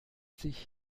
sich